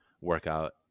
workout